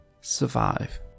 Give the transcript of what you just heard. survive